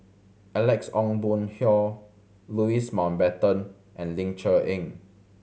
Alex Ong Boon Hau Louis Mountbatten and Ling Cher Eng